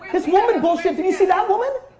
this woman bullshit. did you see that woman?